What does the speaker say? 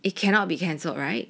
it cannot be cancelled right